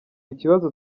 ikibazo